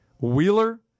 Wheeler